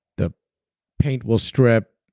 the paint will strip,